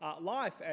life